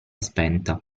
spenta